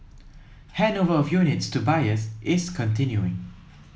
handover of units to buyers is continuing